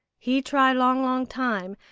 he try long, long time,